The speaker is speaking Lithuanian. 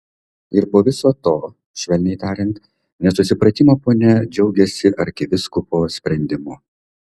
ir po viso to švelniai tariant nesusipratimo ponia džiaugiasi arkivyskupo sprendimu